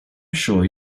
sure